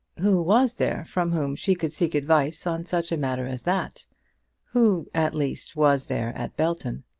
who was there from whom she could seek advice on such a matter as that who, at least, was there at belton?